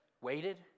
waited